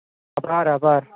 આભાર આભાર